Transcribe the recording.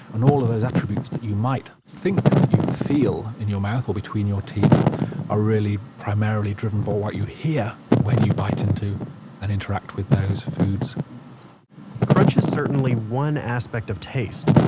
and all of those attributes that you might think that you feel in your mouth or between your teeth are really primarily driven by what you hear when you bite into and interact with those foods crunch is certainly one aspect of taste,